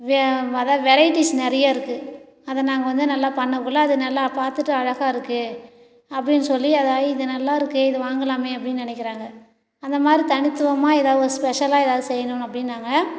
வே அதான் வெரைட்டிஸ் நிறைய இருக்கு அதை நாங்கள் வந்து நல்லா பண்ணக்குள்ளே அது நல்லா பார்த்துட்டு அழகாக இருக்கு அப்படின்னு சொல்லி அதாவது இது நல்லாருக்கே இது வாங்கலாமே அப்படின்னு நினைக்குறாங்க அந்த மாதிரி தனித்துவமாக இதை ஒரு ஸ்பெஷலாக எதாவது செய்யணும் அப்படின்னு நாங்கள்